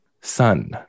Sun